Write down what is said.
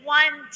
one